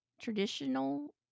traditional